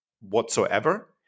whatsoever